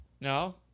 No